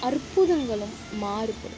அற்புதங்களும் மாறுபடும்